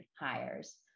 hires